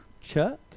Chuck